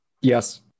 Yes